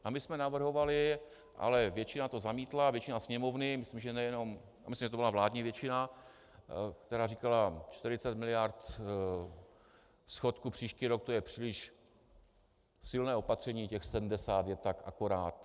A my jsme navrhovali, ale většina to zamítla, většina Sněmovny, a myslím, že to byla vládní většina, která říkala: 40 mld. schodku příští rok, to je příliš silné opatření, těch 70 je tak akorát.